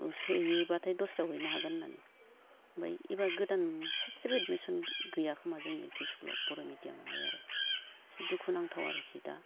सोयोबाथाय दस्रायाव हैनो हागोन होननानै ओमफ्राय एबार गोदान सासेबो एदमिसन गैया खोमा जोंनि एल पि स्खुलाव बर' मिदियामावहाय आरो एसे दुखु नांथाव आरोखि दा